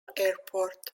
airport